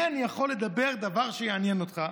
על מה אני יכול לדבר, דבר שיעניין אותך,